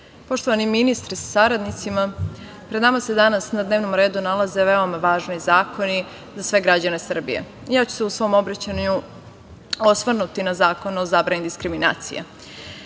poštovani ministre sa saradnicima, pred nama se danas na dnevnom redu nalaze veoma važni zakoni za sve građane Srbije. Ja ću se u svom obraćanju osvrnuti na Zakon o zabrani diskriminacije.